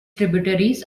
tributaries